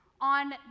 On